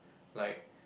like